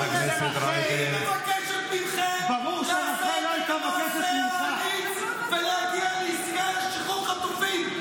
היא מבקשת מכם לעשות את המעשה האמיץ ולהגיע לעסקה לשחרור החטופים.